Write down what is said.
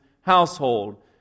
household